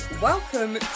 Welcome